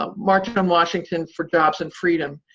um march on washington for jobs and freedom,